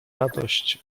radość